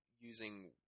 using –